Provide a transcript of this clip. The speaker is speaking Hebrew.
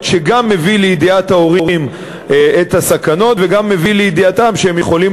שגם מביא לידיעת ההורים את הסכנות וגם מביא לידיעתם שהם יכולים